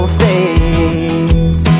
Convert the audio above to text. face